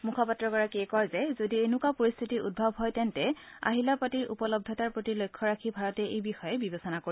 মুখপাত্ৰ গৰাকীয়ে কয় যে যদি এনেকুৱা পৰিস্থিতিৰ উদ্ভৱ হয় তেন্তে আহিলাপাতিৰ উপলব্ধতাৰ প্ৰতিলক্ষ্য ৰাখি ভাৰতে এই বিষয়ে বিবেচনা কৰিব